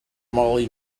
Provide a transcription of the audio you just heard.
molly